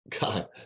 god